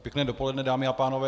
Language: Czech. Pěkné dopoledne, dámy a pánové.